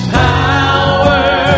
power